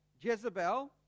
Jezebel